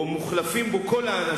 או מוחלפים בו כל האנשים,